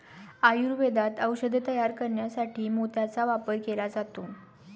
आयुर्वेदात औषधे तयार करण्यासाठी मोत्याचा वापर केला जातो